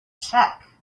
check